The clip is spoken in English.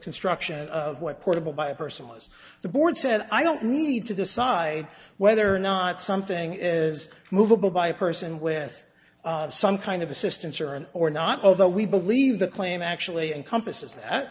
construction of what portable by a person was the board said i don't need to decide whether or not something is moveable by a person with some kind of assistance or an or not although we believe the claim actually encompasses that